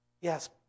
yes